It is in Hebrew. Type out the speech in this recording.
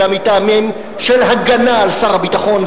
אלא מטעמים של הגנה על שר הביטחון,